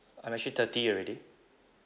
I'm actually thirty already